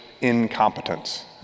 incompetence